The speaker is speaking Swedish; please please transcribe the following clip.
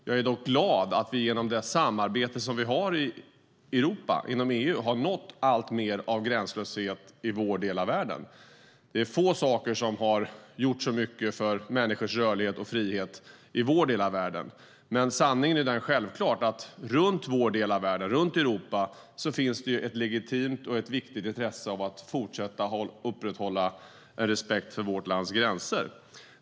Jag är glad att vi genom det samarbete som vi har inom EU har nått alltmer av gränslöshet i vår del av världen. Det är få saker som har gjort så mycket för människors rörlighet och frihet i vår del av världen. Men sanningen är självklart att runt om i Europa finns det ett legitimt och viktigt intresse av att fortsätta upprätthålla en respekt för vårt lands gränser.